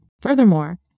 Furthermore